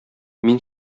мин